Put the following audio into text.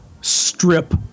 strip